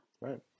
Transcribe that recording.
right